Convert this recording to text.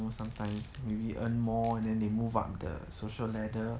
you know sometimes maybe earn more and then they move up the social ladder